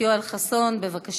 חבר הכנסת יואל חסון, בבקשה.